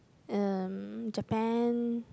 um Japan